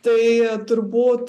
tai turbūt